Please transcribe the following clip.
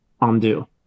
undo